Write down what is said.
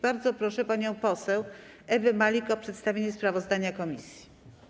Bardzo proszę panią poseł Ewę Malik o przedstawienie sprawozdania komisji.